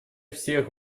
всех